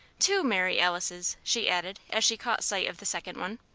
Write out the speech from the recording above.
two mary alices! she added as she caught sight of the second one.